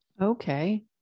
Okay